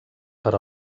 per